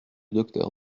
docteur